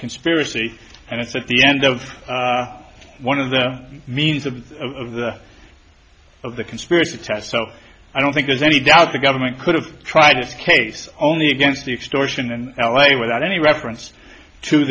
conspiracy and it's at the end of one of the means of of the of the conspiracy test so i don't think there's any doubt the government could have tried case only against the extortion and l a without any reference to